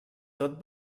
tot